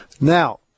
Now